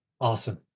Awesome